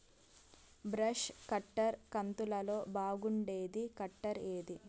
Brush cutter కంతులలో బాగుండేది cutter ఏది?